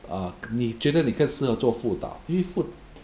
ah 你觉得你更适合做辅导因为辅